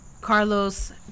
Carlos